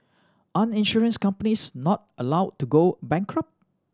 aren't insurance companies not allowed to go bankrupt